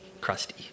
crusty